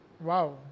wow